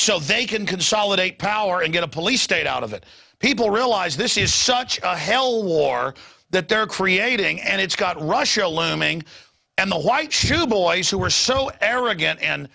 so they can consolidate power and get a police state out of it people realize this is such hell war that they're creating and it's got russia looming and the white shoe boys who are so arrogant and